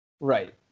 Right